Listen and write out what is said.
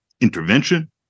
intervention